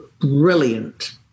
brilliant